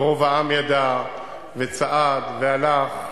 ורוב העם ידע, וצעד, והלך,